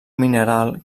mineral